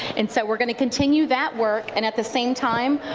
and so we're going to continue that work and, at the same time,